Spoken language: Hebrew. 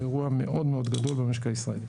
זה אירוע מאוד גדול במשק הישראלי.